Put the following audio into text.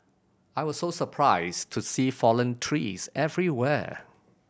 I was so surprised to see fallen trees everywhere